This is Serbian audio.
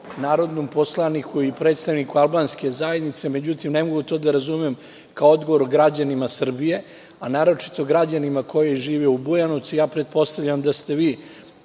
narodnom poslaniku i predstavniku albanske zajednice, međutim, ne mogu to da razumem kao odgovor građanima Srbije, a naročito građanima koji žive u Bujanovcu. Pretpostavljam da ste vi